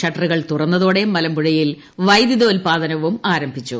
ഷട്ടറുകൾ തുറന്നതോടെ മലമ്പുഴയിൽ വൈദ്യുതോത്പാദനവും ആരംഭിച്ചു